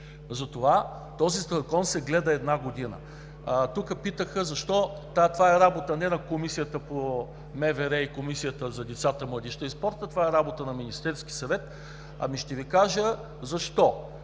Затова този закон се гледа една година. Тук питаха „защо“. Това е работа не на Комисията от МВР и на Комисията за децата, младежта и спорта, а това е работа на Министерския съвет. Ще Ви кажа защо.